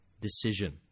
decision